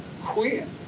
quit